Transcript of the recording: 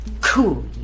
COOL